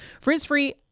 Frizz-free